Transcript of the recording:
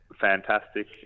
fantastic